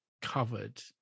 covered